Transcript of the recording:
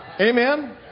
Amen